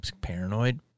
paranoid